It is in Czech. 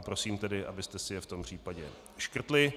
Prosím tedy, abyste si je v tom případě škrtli.